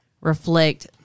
reflect